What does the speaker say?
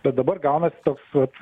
bat dabar gaunasi toks vat